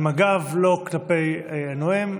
לא עם הגב כלפי נואם,